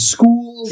School